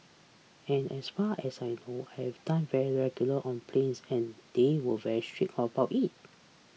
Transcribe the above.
and as far as I know done very regularly on planes and they were very strict about it